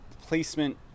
placement